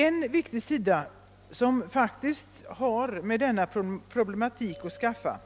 En viktig sida, som faktiskt har med denna problematik att skaffa,